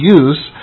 use